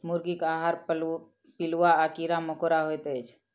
मुर्गीक आहार पिलुआ आ कीड़ा मकोड़ा होइत अछि